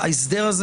ככל שההסדר הזה